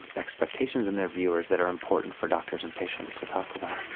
expectations in their viewers that are important for doctors and patients to talk about.